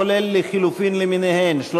כולל לחלופין למיניהן, 35,